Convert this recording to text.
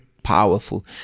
Powerful